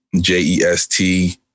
J-E-S-T